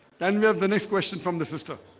and we have the next question from the sister